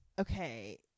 okay